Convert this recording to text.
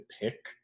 pick